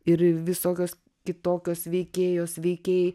ir visokios kitokios veikėjos veikėjai